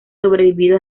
sobrevivido